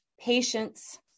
patience